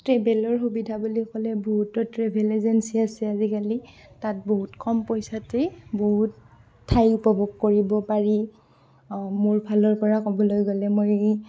ট্ৰেভেলৰ সুবিধা বুলি ক'লে বহুতো ট্ৰেভেল এজেঞ্চি আছে আজিকালি তাত বহুত কম পইচাতে বহুত ঠাই উপভোগ কৰিব পাৰি মোৰ ফালৰ পৰা ক'বলৈ গ'লে মই